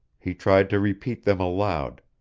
he tried to repeat them aloud,